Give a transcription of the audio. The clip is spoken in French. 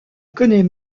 connait